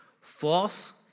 False